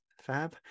fab